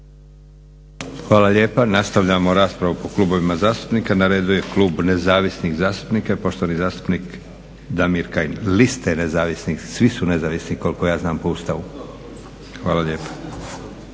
Hvala lijepo. Nastavljamo raspravu po klubovima zastupnika. Na redu je klub Nezavisnih zastupnika, poštovani zastupnik Damir Kajin, liste nezavisnih, svi su nezavisni koliko ja znam po Ustavu. Hvala lijepa.